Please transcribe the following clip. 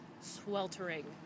sweltering